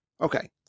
Okay